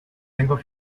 tengo